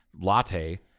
latte